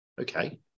okay